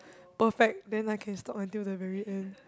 perfect then I can stalk until the very end